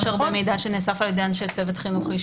יש מידע שנאסף על ידי אנשי צוות חינוכי,